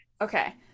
Okay